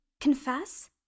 confess